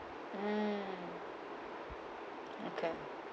mm okay